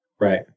right